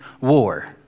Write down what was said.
war